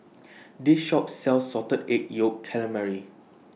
This Shop sells Salted Egg Yolk Calamari